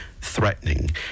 threatening